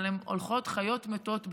אבל הן הולכות חיות-מתות בתוכנו.